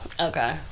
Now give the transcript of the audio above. Okay